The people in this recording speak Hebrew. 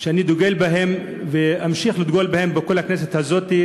שאני דוגל בהם ואמשיך לדגול בהם בכנסת הזאת,